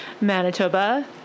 Manitoba